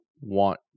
want